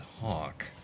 hawk